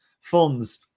funds